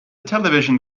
television